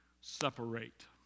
separate